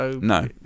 No